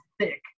thick